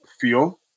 feel